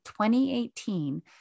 2018